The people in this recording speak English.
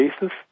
basis